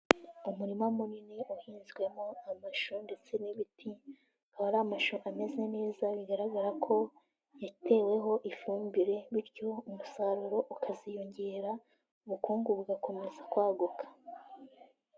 Umurima munini uhinzwemo amashusho ndetse n'ibiti, akaba ari amashusho ameze neza, bigaragara ko yateweho ifumbire, bityo umusaruro ukaziyongera, ubukungu bugakomeza kwaguka.